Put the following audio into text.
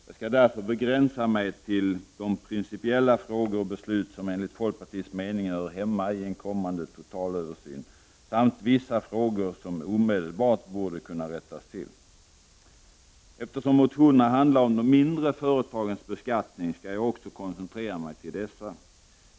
Jag skall därför begränsa mig till de principiella frågor och beslut som enligt folkpartiets mening hör hemma i en kommande totalöversyn, samt vissa frågor som omedelbart borde kunna rättas till. Eftersom motionerna handlar om de mindre företagens beskattning skall jag också koncentrera mig till dessa.